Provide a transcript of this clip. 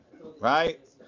right